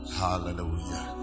hallelujah